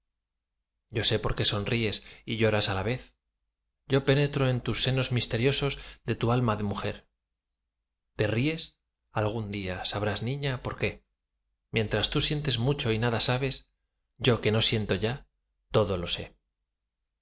yo sé por qué sonríes y lloras á la vez yo penetro en los senos misteriosos de tu alma de mujer te ríes algún día sabrás niña por qué mientras tú sientes mucho y nada sabes yo que no siento ya todo lo sé lx